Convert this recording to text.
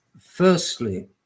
firstly